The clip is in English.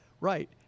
Right